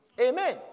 Amen